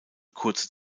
kurze